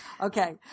Okay